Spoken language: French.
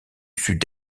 sud